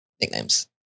nicknames